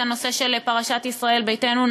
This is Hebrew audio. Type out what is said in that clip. את הנושא של פרשת ישראל ביתנו.